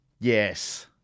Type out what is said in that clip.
Yes